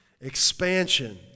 Expansion